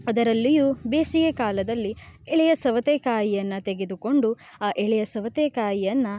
ಅದರಲ್ಲಿಯೂ ಬೇಸಿಗೆ ಕಾಲದಲ್ಲಿ ಎಳೆಯ ಸವತೇಕಾಯಿಯನ್ನು ತೆಗೆದುಕೊಂಡು ಆ ಎಳೆಯ ಸವತೇಕಾಯಿಯನ್ನು